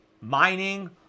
mining